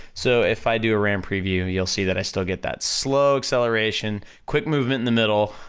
so, if i do a ram preview, you'll see that i still get that slow acceleration, quick movement in the middle,